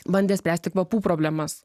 bandė spręsti kvapų problemas